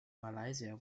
malaysia